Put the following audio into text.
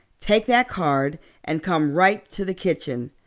take that card and come right to the kitchen.